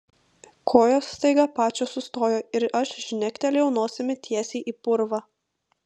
kojos staiga pačios sustojo ir aš žnektelėjau nosimi tiesiai į purvą